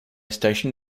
station